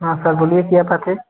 हाँ सर बोलिए क्या बात है